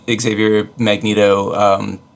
Xavier-Magneto